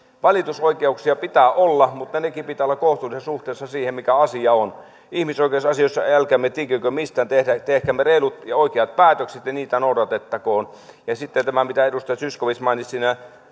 valitusoikeuksia pitää olla mutta niidenkin pitää olla kohtuullisessa suhteessa siihen mikä asia on ihmisoikeusasioissa älkäämme tinkikö mistään tehkäämme reilut ja oikeat päätökset ja niitä noudatettakoon sitten tämä mitä edustaja zyskowicz mainitsi